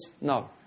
no